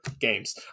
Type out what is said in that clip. games